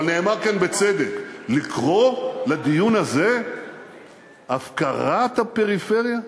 אבל נאמר כאן בצדק: לקרוא לדיון הזה הפקרת הפריפריה?